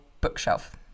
bookshelf